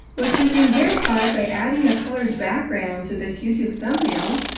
which we can verify by adding a colored background to this youtube thumbnail,